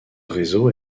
réseau